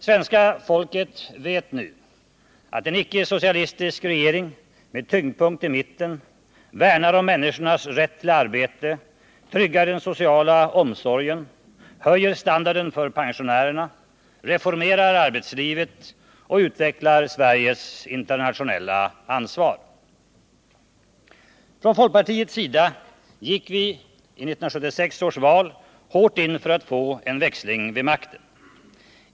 Svenska folket vet nu att en icke-socialistisk regering, med tyngdpunkt i mitten, värnar om människornas rätt till arbete, tryggar den sociala omsorgen, höjer standarden för pensionärerna, reformerar arbetslivet och utvecklar Sveriges internationella ansvar. Från folkpartiets sida gick vi i 1976 års val hårt in för att få en växling vid makten.